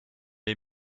est